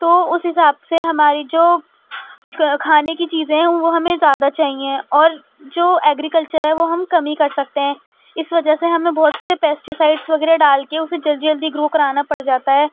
تو اس حساب سے ہماری جو کھانے کی چیزیں ہیں وہ ہمیں زیادہ چاہیے اور جو ایگریکلچر ہے وہ ہم کم ہی کر سکتے ہیں اس وجہ سے ہمیں بہت سے پیسٹیسائیڈس وغیرہ ڈال کے اسے جلدی جلدی گرو کرانا پڑ جاتا ہے